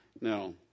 Now